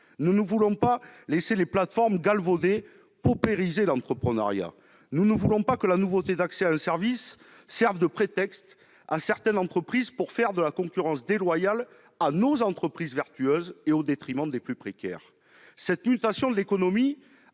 Nous ne voulons pas laisser les plateformes galvauder et paupériser l'entrepreneuriat. Nous ne voulons pas que la nouveauté d'accès à un service serve de prétexte à certaines entreprises pour faire de la concurrence déloyale à nos entreprises vertueuses, au détriment des plus précaires. La mutation de l'économie,